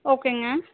ஓகேங்க